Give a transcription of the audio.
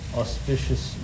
auspicious